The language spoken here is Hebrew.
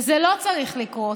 וזה לא צריך לקרות.